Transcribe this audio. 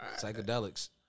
Psychedelics